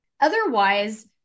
Otherwise